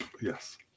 yes